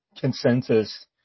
consensus